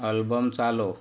album चालव